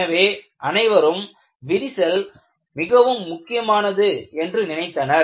எனவே அனைவரும் விரிசல் மிகவும் முக்கியமானது என்று நினைத்தனர்